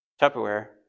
Tupperware